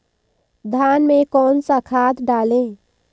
धान में कौन सा खाद डालें?